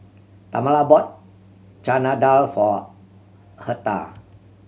Tamala bought Chana Dal for Hertha